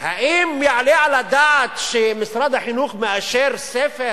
האם יעלה על הדעת שמשרד החינוך מאשר ספר